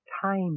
time